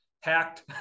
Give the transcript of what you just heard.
hacked